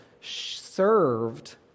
served